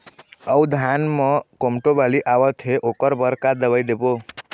अऊ धान म कोमटो बाली आवत हे ओकर बर का दवई देबो?